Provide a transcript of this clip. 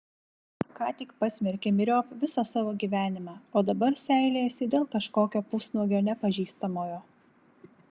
ką tik pasmerkė myriop visą savo gyvenimą o dabar seilėjasi dėl kažkokio pusnuogio nepažįstamojo